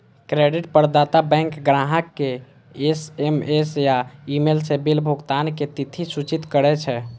credit प्रदाता बैंक ग्राहक कें एस.एम.एस या ईमेल सं बिल भुगतानक तिथि सूचित करै छै